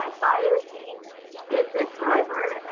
ah bio-heat is the driver.